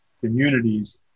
communities